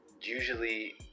usually